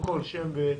אני נעמי מורביה,